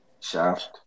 Shaft